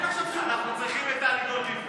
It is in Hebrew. אנחנו צריכים את טלי גוטליב פה.